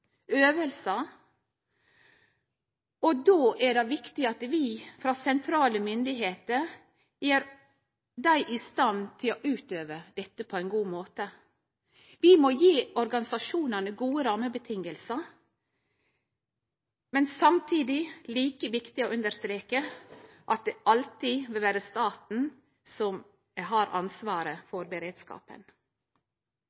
og då er det viktig at vi frå sentrale myndigheiter gjer dei i stand til å utøve dette på ein god måte. Vi må gje organisasjonane gode rammevilkår, men samtidig er det like viktig å understreke at det alltid må vere staten som har ansvaret